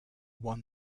won